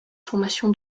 formation